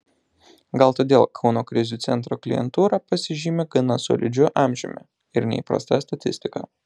gal todėl kauno krizių centro klientūra pasižymi gana solidžiu amžiumi ir neįprasta statistika